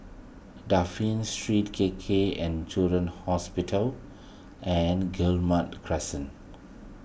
Dafne Street K K and Children's Hospital and Guillemard Crescent